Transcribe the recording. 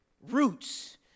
roots